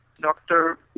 doctor